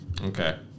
Okay